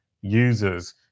users